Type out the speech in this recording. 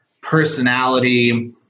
personality